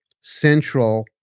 central